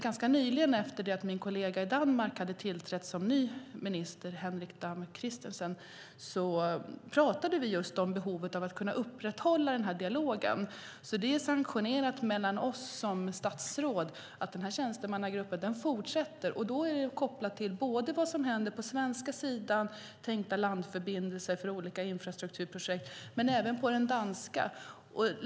Ganska nyligen efter att min danska kollega, Henrik Dam Kristensen, hade tillträtt som minister pratade han och jag just om behovet av att upprätthålla den här dialogen. Det är alltså sanktionerat av oss som statsråd att denna tjänstemannagrupp ska fortsätta. Då är det kopplat till sådant som ska hända både på den svenska sidan - tänkta landförbindelser för olika infrastrukturprojekt - och på den danska sidan.